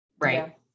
Right